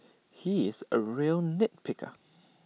he is A real nit picker